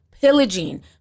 pillaging